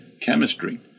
Chemistry